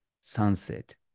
sunset